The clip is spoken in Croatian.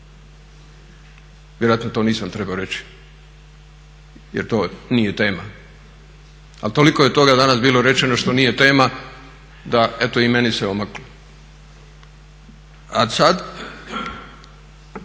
Vjerojatno to nisam trebalo reći jer to nije tema, ali toliko je toga danas bilo rečeno što nije tema da eto i meni se omaklo. A sad